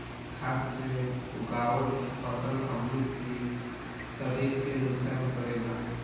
खाद्य से उगावल फसल हमनी के शरीर के नुकसान करेला